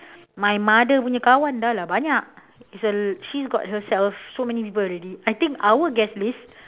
my mother punya kawan dahlah banyak it's a l~ she's got herself so many people already I think our guest list